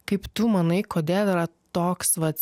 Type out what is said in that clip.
kaip tu manai kodėl yra toks vat